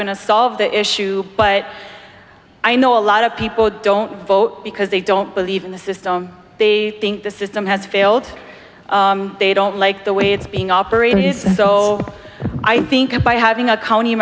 to solve the issue but i know a lot of people don't vote because they don't believe in the system they think the system has failed they don't like the way it's being operated so i think by having a county